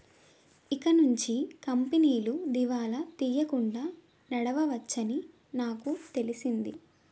ఇకనుంచి కంపెనీలు దివాలా తీయకుండా నడవవచ్చని నాకు తెలిసింది